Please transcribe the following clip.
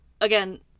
again